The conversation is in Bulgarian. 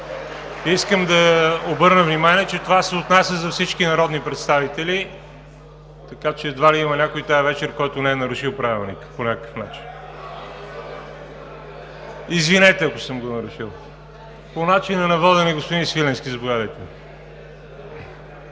Искам да обърна внимание, че това се отнася за всички народни представители, така че едва ли има някой тази вечер, който не е нарушил Правилника по някакъв начин. (Шум и реплики от ГЕРБ и ОП.) Извинете, ако съм го нарушил. По начина на водене – господин Свиленски, заповядайте.